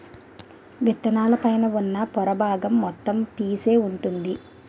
విత్తనాల పైన ఉన్న పొర బాగం మొత్తం పీసే వుంటుంది